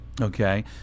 Okay